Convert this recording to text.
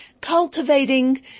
cultivating